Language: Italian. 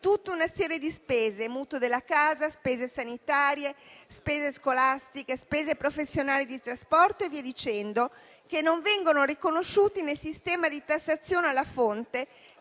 tutta una serie di spese (mutuo della casa, spese sanitarie, spese scolastiche, spese professionali di trasporto e via dicendo) che non vengono riconosciute nel sistema di tassazione alla fonte